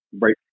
right